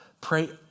pray